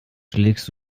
schlägst